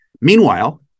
meanwhile